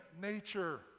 nature